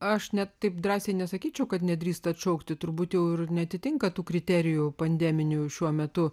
aš ne taip drąsiai nesakyčiau kad nedrįsta šaukti turbūt jau ir neatitinka tų kriterijų pandeminiu šiuo metu